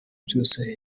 byose